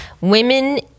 women